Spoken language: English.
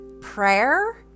Prayer